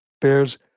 Bears